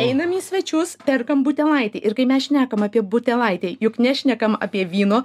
einam į svečius perkam butelaitį ir kai mes šnekam apie butelaitį juk nešnekam apie vyno